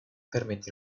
permette